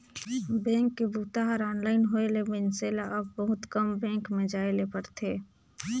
bank के बूता हर ऑनलाइन होए ले मइनसे ल अब बहुत कम बेंक में जाए ले परथे